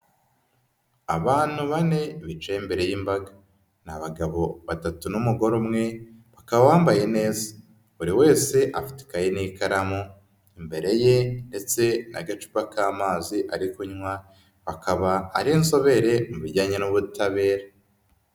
Abantu bane bicaye imbere y'imbaga, ni abagabo batatu n'umugore umwe, bakaba bambaye neza, buri wese afite n'ikaramu imbere ye ndetse agacupa k'amazi ari kunywa, akaba ari inzobere mu bijyanye n'ubutabera.